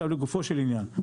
לגופו של עניין,